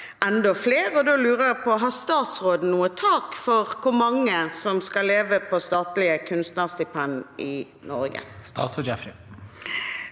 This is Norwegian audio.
enda flere. Da lurer jeg på: Har statsråden noe tak for hvor mange som skal leve på statlige kunstnerstipender i Norge? Statsråd Lubna